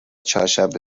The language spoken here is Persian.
چهارشنبه